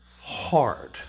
Hard